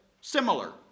similar